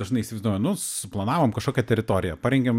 dažnai įsivaizduoja nu suplanavom kažkokią teritoriją parengėm